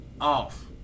off